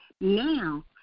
Now